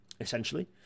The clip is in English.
Essentially